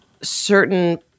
certain